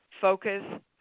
focus